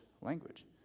language